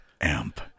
amp